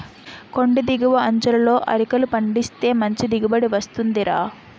కొండి దిగువ అంచులలో అరికలు పండిస్తే మంచి దిగుబడి వస్తుందిరా